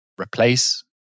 replace